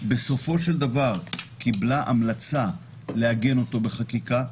ובסופו של דבר היא קיבלה המלצה לעגן אותו בחקיקה.